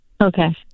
Okay